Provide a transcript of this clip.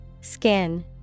Skin